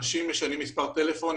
אנשים משנים מספר טלפון,